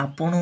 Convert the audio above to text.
ଆପଣ